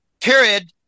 period